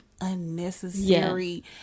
unnecessary